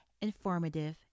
informative